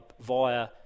via